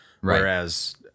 Whereas